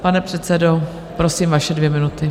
Pane předsedo, prosím, vaše dvě minuty.